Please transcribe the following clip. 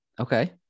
Okay